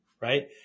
right